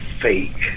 fake